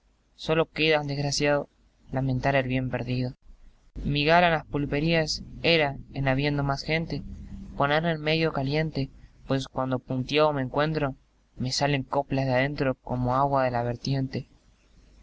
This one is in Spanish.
sólo queda al desgraciao lamentar el bien perdido mi gala en las pulperías era en habiendo más gente ponerme medio caliente pues cuando puntiao me encuentro me salen coplas de adentro como agua de la virtiente